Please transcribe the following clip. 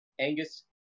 Angus